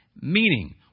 Meaning